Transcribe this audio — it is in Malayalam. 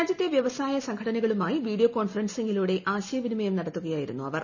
രാജ്യത്തെ വ്യവസായ സംഘടനകളുമായി വീഡിയോ കോൺഫറൻസിംഗിലൂടെ ആശയവിനിമയം നടത്തുകയായിരുന്നു അവർ